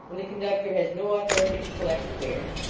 and the conductor has no authority to collect fare.